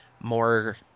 more